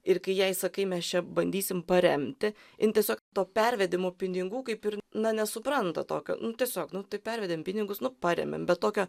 ir kai jai sakai mes čia bandysim paremti jin tiesiog to pervedimo pinigų kaip ir na nesupranta tokio tiesiog nu tai pervedėm pinigus nu parėmėm bet tokio